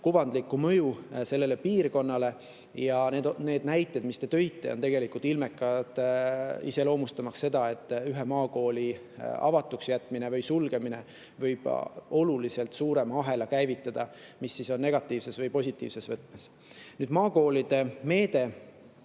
kuvandlikku mõju sellele piirkonnale. Ja need näited, mis te tõite, on ilmekad iseloomustamaks seda, et ühe maakooli avatuks jätmine või sulgemine võib käivitada oluliselt suurema ahela, mis on kas negatiivses või positiivses võtmes. Maakoolide meetmest